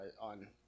on